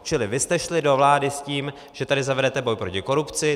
Čili vy jste šli do vlády s tím, že tady zavedete boj proti korupci.